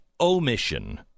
omission